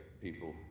people